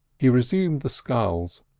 he resumed the sculls,